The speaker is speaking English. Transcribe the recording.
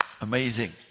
Amazing